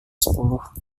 sepuluh